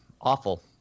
awful